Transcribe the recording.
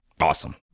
Awesome